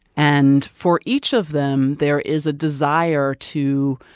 and for each of them, there is a desire to